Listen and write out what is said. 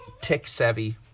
tech-savvy